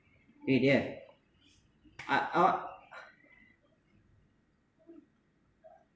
eh dear I I